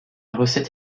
recette